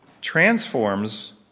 transforms